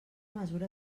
mesura